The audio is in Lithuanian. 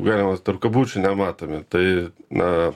kaip galima tarp kabučių nematomi tai na